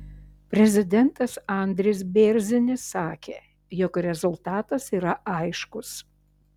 prezidentas andris bėrzinis sakė jog rezultatas yra aiškus